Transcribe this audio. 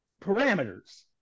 parameters